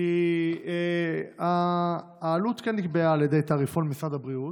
כי העלות כאן נקבעה בתעריפון משרד הבריאות,